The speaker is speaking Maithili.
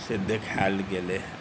से देखायल गेलै हेँ